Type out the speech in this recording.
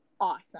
Awesome